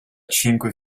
cinque